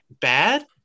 bad